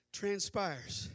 transpires